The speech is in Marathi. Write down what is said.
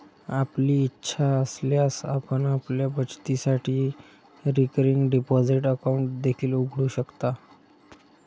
आपली इच्छा असल्यास आपण आपल्या बचतीसाठी रिकरिंग डिपॉझिट अकाउंट देखील उघडू शकता